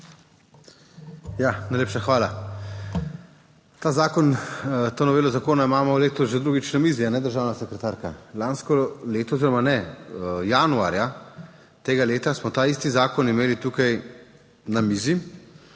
Ja, najlepša hvala. Ta zakon, to novelo zakona imamo letos že drugič na mizi, kajne državna sekretarka? Lansko leto oziroma ne, januarja tega leta, smo ta isti zakon imeli tukaj na mizi